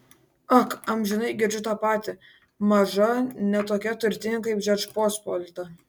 ak amžinai girdžiu tą patį maža ne tokia turtinga kaip žečpospolita